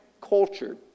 culture